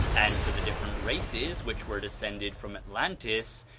and to the different races which were descended from atlantis,